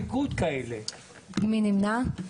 מי נמנע?